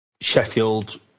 Sheffield